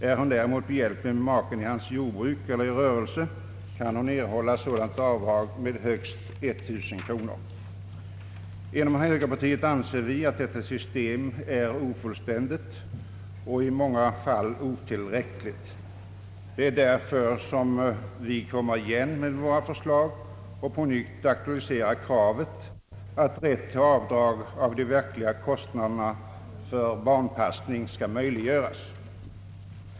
Är hon däremot behjälplig maken i hans jordbruk eller rörelse kan hon erhålla sådant avdrag med högst 1000 kronor. Inom högerpartiet anser vi att detta system är ofullständigt och i många fall otillräckligt. Det är därför som vi kommer igen med våra förslag och på nytt aktualiserar kravet att rätt till avdrag av de verkliga kostnaderna för barnpassning skall möjliggöras.